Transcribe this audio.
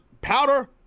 powder